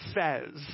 says